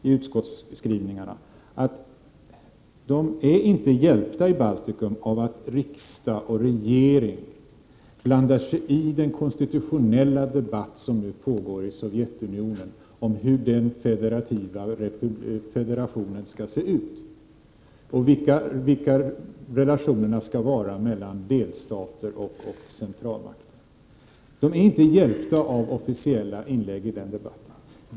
I utskottsskrivningen slår vi fast att de inte är hjälpta i Baltikum av att riksdag och regering blandar sig i den konstitutionella debatt som nu pågår i Sovjetunionen om hur federationen skall se ut och hur relationerna skall vara mellan delstater och centralmakt. De är inte hjälpta av officiella inlägg i den debatten.